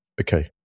Okay